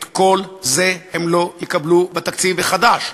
את כל זה הם לא יקבלו בתקציב החדש.